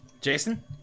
Jason